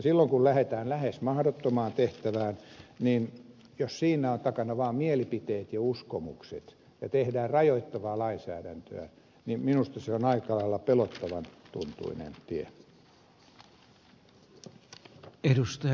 silloin kun lähdetään lähes mahdottomaan tehtävään niin jos siinä ovat takana vaan mielipiteet ja uskomukset ja tehdään rajoittavaa lainsäädäntöä minusta se on aika lailla pelottavan tuntuinen tie